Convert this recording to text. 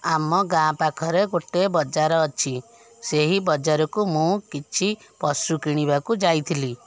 ଆମ ଗାଁ ପାଖରେ ଗୋଟେ ବଜାର ଅଛି ସେହି ବଜାରକୁ ମୁଁ କିଛି ପଶୁ କିଣିବାକୁ ଯାଇଥିଲି